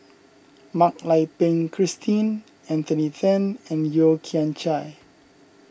Mak Lai Peng Christine Anthony then and Yeo Kian Chai